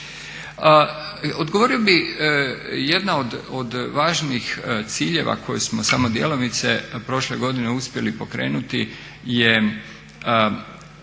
Odgovorio bi, jedna od važnih ciljeva koju samo djelomice prošle godine uspjeli pokrenuti je